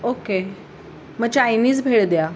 okay मग Chinese भेळ द्या